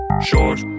Short